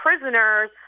prisoners